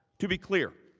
to be clear,